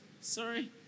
sorry